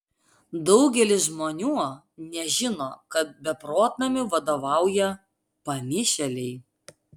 daugelis žmonių nežino kad beprotnamiui vadovauja pamišėliai